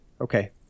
Okay